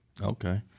Okay